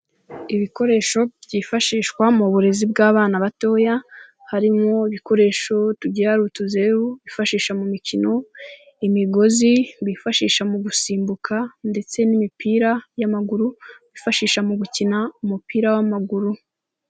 Ibikoresho byifashishwa mu burezi bw'abana batoya, harimo ibikoresho tugira ari utuzeru bifashisha mu mikino, imigozi bifashisha mu gusimbuka, ndetse n'imipira y'amaguru bifashisha mu gukina umupira w'amaguru.